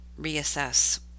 reassess